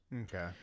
Okay